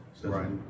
Right